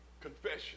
Confession